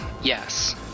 yes